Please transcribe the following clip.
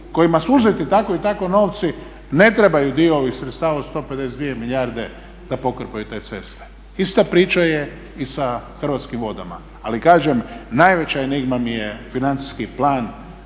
kojima su uzeti tako i tako novci ne trebaju dio ovih sredstava od 152 milijarde da pokrpaju te ceste. Ista priča je i sa Hrvatskim vodama. Ali kažem, najveća enigma mi je financijski plan